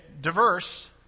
diverse